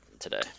today